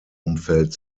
umfeld